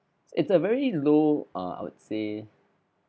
it's a very low err I would say